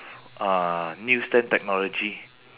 uh newstead technology